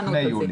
לענות על זה.